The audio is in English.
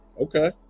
okay